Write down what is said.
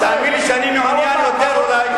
תאמין לי שאני מעוניין יותר אולי,